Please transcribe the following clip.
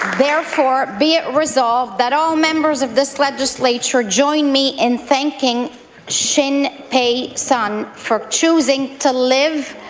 therefore be it resolved that all members of this legislature join me in thanking xinpei sun for choosing to live,